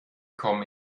kommen